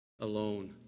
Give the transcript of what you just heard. alone